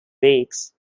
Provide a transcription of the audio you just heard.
weeks